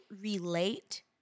relate